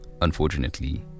Unfortunately